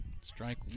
strike